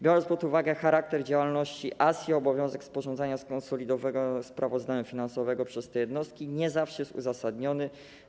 Biorąc pod uwagę charakter działalności ASI, obowiązek sporządzania skonsolidowanego sprawozdania finansowego przez te jednostki nie zawsze jest uzasadniony.